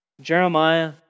Jeremiah